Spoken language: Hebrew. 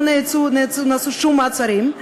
לא נעשו שום מעצרים,